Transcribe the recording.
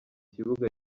kibuga